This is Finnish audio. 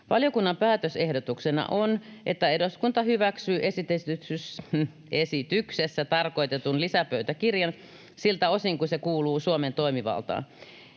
Valiokunnan päätösehdotuksena on, että eduskunta hyväksyy esityksessä tarkoitetun lisäpöytäkirjan siltä osin kuin se kuuluu Suomen toimivaltaan